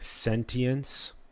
Sentience